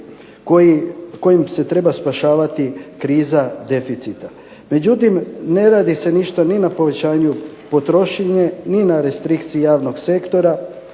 kojim se treba spašavati kriza deficita. Međutim ne radi se ništa na povećanju potrošnje, ni na restrikciji javnog sektora.